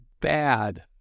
bad